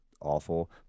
Awful